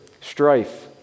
strife